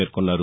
పేర్కొన్నారు